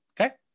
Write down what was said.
Okay